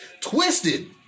twisted